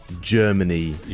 Germany